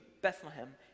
Bethlehem